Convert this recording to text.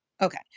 okay